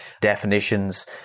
definitions